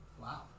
Wow